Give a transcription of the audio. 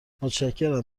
متشکرم